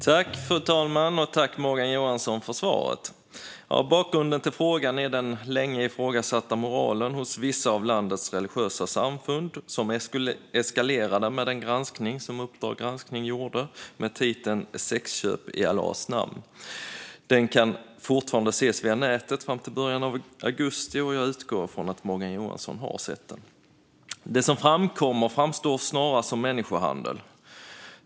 Fru talman! Tack för svaret, Morgan Johansson! Bakgrunden till frågan är den sedan länge ifrågasatta moralen hos vissa av landets religiösa samfund. Detta eskalerade i och med den granskning som Uppdrag granskning gjorde, med titeln Sexköp i Allahs namn. Den kan ses via nätet fram till början av augusti, och jag utgår från att Morgan Johansson har sett den. Det som framkommer framstår snarast som människohandel.